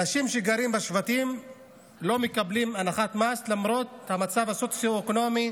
אנשים שגרים בשבטים לא מקבלים הנחת מס למרות המצב הסוציו-אקונומי